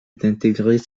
d’intégrer